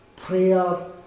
Prayer